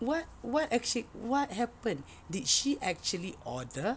what what actu~ what happened did she actually order